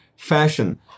Fashion